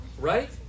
right